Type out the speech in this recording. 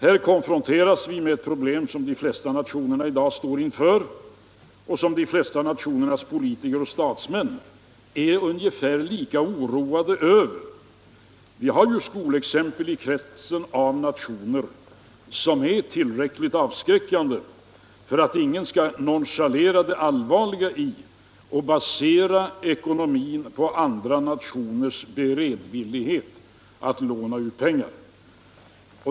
Här konfronteras vi med problem, som de flesta nationer i dag står inför och som de flesta nationernas politiker och statsmän är lika oroade över. Vi har skolexempel i kretsen av nationer som är tillräckligt avskräckande för att ingen skall nonchalera det allvarliga i att basera ekonomin på andra nationers beredvillighet att låna ut pengar.